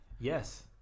Yes